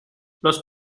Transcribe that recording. los